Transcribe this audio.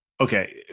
okay